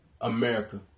America